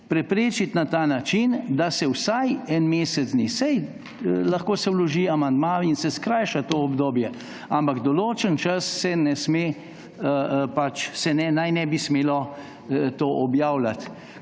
preprečiti na ta način, da se vsaj en mesec dni ‒ saj lahko se vloži amandma in se skrajša to obdobje, ampak določen čas se ne sme … pač, se naj ne bi smelo to objavljati.